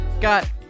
got